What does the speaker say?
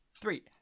Three